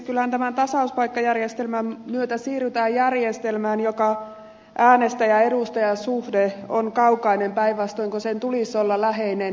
kyllähän tämän tasauspaikkajärjestelmän myötä siirrytään järjestelmään jossa äänestäjäedustaja suhde on kaukainen kun päinvastoin sen tulisi olla läheinen